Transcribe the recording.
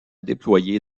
déployé